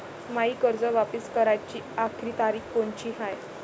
मायी कर्ज वापिस कराची आखरी तारीख कोनची हाय?